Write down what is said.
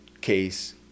case